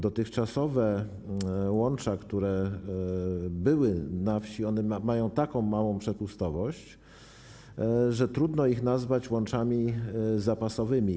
Dotychczasowe łącza, które były na wsi, mają taką małą przepustowość, że trudno je nazwać łączami zapasowymi.